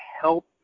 help